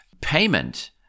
Payment